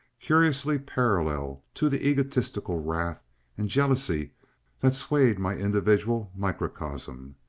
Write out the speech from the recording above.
curiously parallel to the egotistical wrath and jealousy that swayed my individual microcosm.